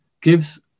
gives